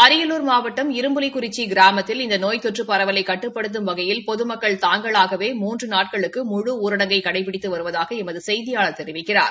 அரியலூர் மாவட்டம் இரும்புலிகுறிச்சி கிராமத்தில் இந்த நோய் தொற்று பரவலை கட்டுப்படுத்தும் வகையில் பொதுமக்கள் தாங்களாகவே மூன்று நாட்களுக்கு முழு ஊரடங்கை கடைபிடித்து வருவதாக எமது செய்தியாளர் தெரிவிக்கிறார்